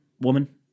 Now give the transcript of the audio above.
Woman